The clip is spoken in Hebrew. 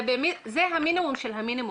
זה המינימום של המינימום.